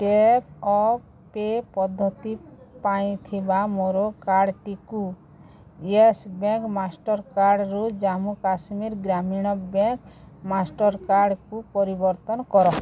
tap and pay' ପଦ୍ଧତି ପାଇଁ ଥିବା ମୋର କାର୍ଡ଼ଟିକୁ ୟେସ୍ ବ୍ୟାଙ୍କ୍ ମାଷ୍ଟର୍କାର୍ଡ଼୍ ରୁ ଜାମ୍ମୁ କାଶ୍ମୀର ଗ୍ରାମୀଣ ବ୍ୟାଙ୍କ୍ ମାଷ୍ଟର୍କାର୍ଡ଼କୁ ପରିବର୍ତ୍ତନ କର